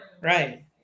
right